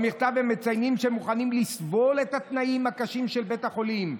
במכתב הם מציינים שהם מוכנים לסבול את התנאים הקשים של בית החולים,